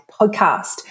podcast